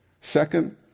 Second